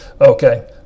Okay